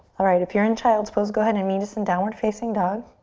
alright, if you're in child's pose go ahead and meet us in downward facing dog.